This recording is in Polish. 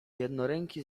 jednoręki